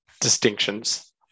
distinctions